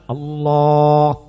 Allah